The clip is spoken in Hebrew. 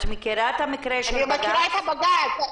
אני מכירה את הבג"צ.